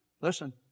listen